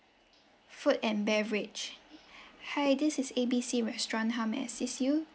food and beverage hi this is A B C restaurant how may I assist you